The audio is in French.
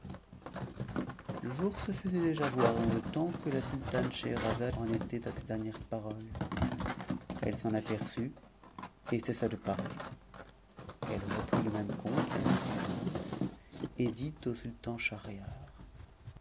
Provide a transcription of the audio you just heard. le jour se faisait déjà voir dans le temps que la sultane scheheramu en était à ces dernières paroles elle s'en aperçut et cessa de parte l reprit le même conte la nuit suivante et dit au